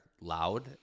loud